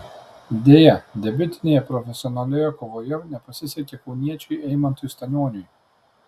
deja debiutinėje profesionalioje kovoje nepasisekė kauniečiui eimantui stanioniui